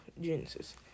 Genesis